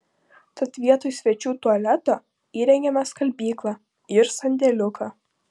tad vietoj svečių tualeto įrengėme skalbyklą ir sandėliuką